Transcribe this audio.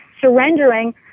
surrendering